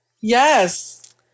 Yes